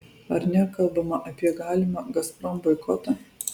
ar nekalbama apie galimą gazprom boikotą